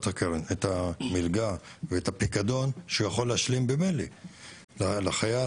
את המלגה ואת הפיקדון שהוא יכול להשלים במילא לחייל.